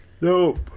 Nope